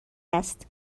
است